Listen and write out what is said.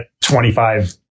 25